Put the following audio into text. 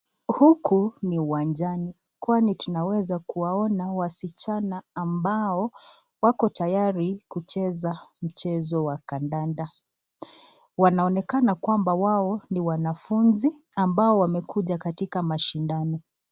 Huku ni uwanjani kwani tunaweza kuwaona waschana ambao wako tayari kucheza mchezo wa kadanda wanaonekana kwamba wao ni wanafunzi ambao wamekuja katika mashindano.